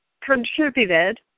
contributed